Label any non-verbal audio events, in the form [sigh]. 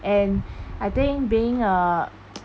and I think being a [noise]